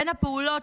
בין הפעולות